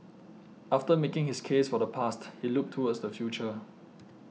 after making his case for the past he looked towards the future